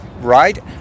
Right